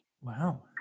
Wow